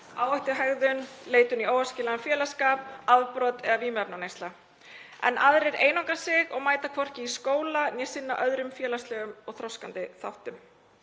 áhættuhegðun, leit í óæskilegan félagsskap, afbrot eða vímuefnaneysla, en aðrir einangra sig og mæta hvorki í skóla né sinna öðrum félagslegum og þroskandi þáttum.